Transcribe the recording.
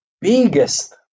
biggest